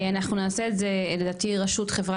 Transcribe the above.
אנחנו נעשה את זה לדעתי רשות חברה